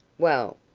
well,